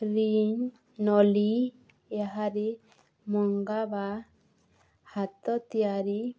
ring ନଲି ଏହାରେ ମଙ୍ଗା ବା ହାତ ତିଆରି